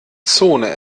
zone